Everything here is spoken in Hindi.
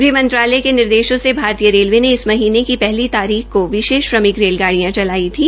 गृह मंत्रालय के निर्देशों से भारतीय रेलवे ने इस महीने की पहली तारीख को विशेष श्रमिक रेलगाब्रियां चलाई थी